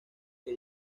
que